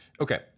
Okay